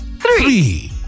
three